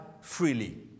freely